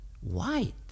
white